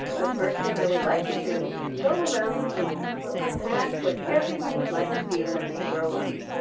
the first thing i would like to do is go around the room and ask what everyone would like to be when they grow up.